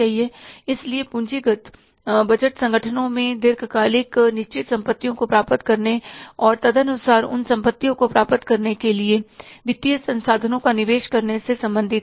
इसलिए पूंजीगत बजट संगठनों में दीर्घकालिक निश्चित संपत्तियों को प्राप्त करने और तदनुसार उन संपत्तियों को प्राप्त करने के लिए वित्तीय संसाधनों का निवेश करने से संबंधित है